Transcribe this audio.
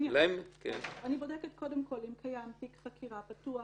אני בודקת קודם כול אם קיים תיק חקירה פתוח,